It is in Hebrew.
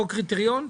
אותו קריטריון?